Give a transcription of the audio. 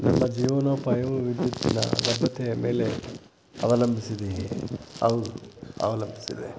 ನಮ್ಮ ಜೀವನೋಪಾಯವು ವಿದ್ಯುತ್ತಿನ ಲಭ್ಯತೆಯ ಮೇಲೆ ಅವಲಂಬಿಸಿದೆಯೇ ಹೌದು ಅವಲಂಬಿಸಿದೆ